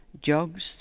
jogs